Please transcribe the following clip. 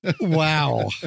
Wow